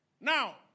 Now